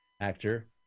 actor